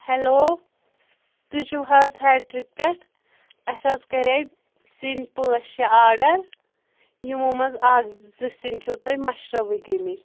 hello تُہۍ چھِو حظ ہیٹرِک پؠٹھ اَسہِ حظ کَرے سِینۍ پانٛژھ شےٚ آرڈَر یِمو منٛز اَکھ زٕ سِینۍ چھِو تۄہہِ مَشرفٕے گٔمتٕۍ